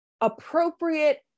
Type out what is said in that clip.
appropriate